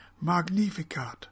Magnificat